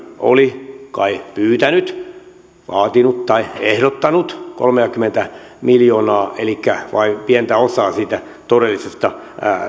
oli kai pyytänyt vaatinut tai ehdottanut kolmeakymmentä miljoonaa elikkä vain pientä osaa siitä todellisesta